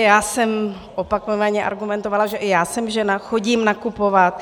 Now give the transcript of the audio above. Já jsem opakovaně argumentovala, že i já jsem žena, chodím nakupovat.